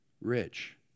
rich